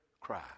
cry